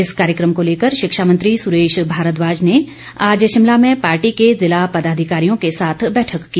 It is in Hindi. इस कार्यक्रम को लेकर शिक्षा मंत्री सुरेश भारद्वाज ने आज शिमला में पार्टी के ज़िला पदाधिकारियों के साथ बैठक की